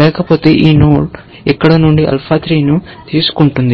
లేకపోతే ఈ నోడ్ ఇక్కడ నుండి ఆల్ఫా 3 ను తీసుకుంటుంది